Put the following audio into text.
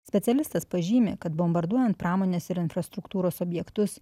specialistas pažymi kad bombarduojant pramonės ir infrastruktūros objektus